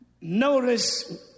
notice